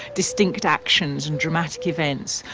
distinct actions, and dramatic events,